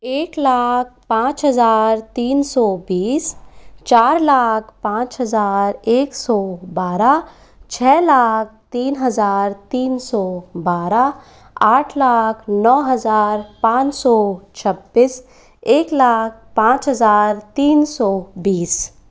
एक लाख पांच हज़ार तीन सौ बीस चार लाख पांच हज़ार एक सौ बारह छ लाख तीन हज़ार तीन सौ बारह आठ लाख नौ हज़ार पांच सौ छब्बीस एक लाख पांच हज़ार तीन सौ बीस